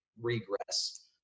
regress